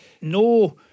no